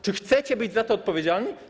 Czy chcecie być za to odpowiedzialni?